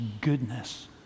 goodness